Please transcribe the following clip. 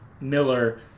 Miller